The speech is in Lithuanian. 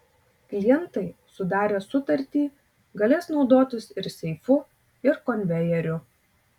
klientai sudarę sutartį galės naudotis ir seifu ir konvejeriu